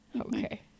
Okay